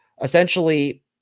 essentially